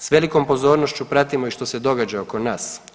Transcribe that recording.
S velikom pozornošću pratimo i što se događa oko nas.